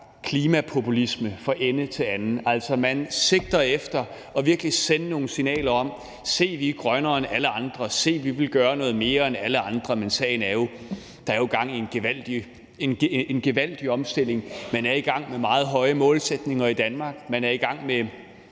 klimapopulisme fra ende til anden. Altså, man sigter virkelig efter at sende nogle signaler om: Se, vi er grønnere end alle andre; se, vi vil gøre noget mere end alle andre. Men sagen er jo, at der er gang i en gevaldig omstilling. Man er i gang med meget høje målsætninger i Danmark. Man er i gang med